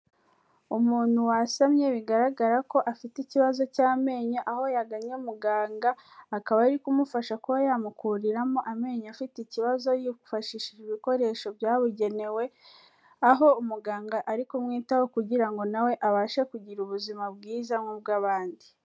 Umuntu wasamye bigaragara ko afite ikibazo cy'amenyo, aho yagannye muganga akaba ari kumufasha kuba yamukuriramo amenyo afite ikibazo yifashishije ibikoresho byabugenewe, aho umuganga ari kumwitaho kugira ngo na we abashe kugira ubuzima bwiza nk'ubw'abandi.